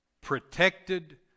protected